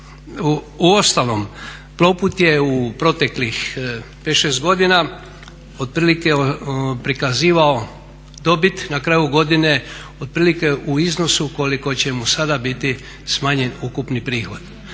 a uostalom Plovput je u proteklih 5, 6 godina otprilike prikazivao dobit na kraju godine otprilike u iznosu koliko će mu sada biti smanjen ukupni prihod,